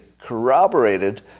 corroborated